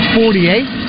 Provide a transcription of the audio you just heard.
forty-eight